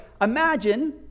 Imagine